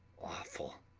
awful,